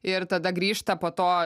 ir tada grįžta po to